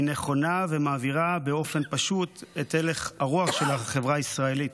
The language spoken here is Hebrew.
היא נכונה ומעבירה באופן פשוט את הלך הרוח של החברה הישראלית.